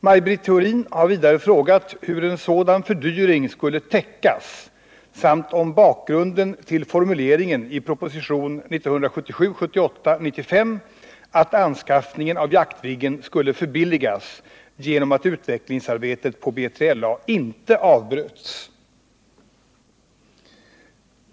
Maj Britt Theorin har vidare frågat hur en sådan fördyring skulle täckas samt om bakgrunden till formuleringen i propositionen 1977/78:95 att anskaffningen av Jaktviggen skulle förbilligas genom att utvecklingsarbetet på B3LA inte avbröts.